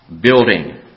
building